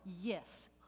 yes